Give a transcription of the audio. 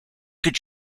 could